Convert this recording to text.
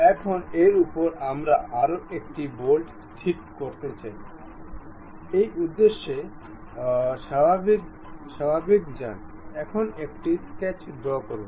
এখন এর উপর আমরা আরও একটি বোল্ট ঠিক করতে চাই এই উদ্দেশ্যে স্বাভাবিক যান এখন একটি স্কেচ ড্রও করুন